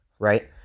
Right